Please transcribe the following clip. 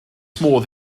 modd